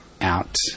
out